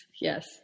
Yes